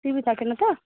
T V থাকে না তো